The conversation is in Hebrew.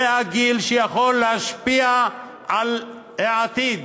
זה הגיל שיכול להשפיע על העתיד.